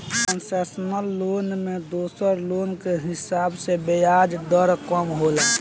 concessional loan में दोसर loan के हिसाब से ब्याज दर कम होला